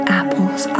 apples